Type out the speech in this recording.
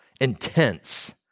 intense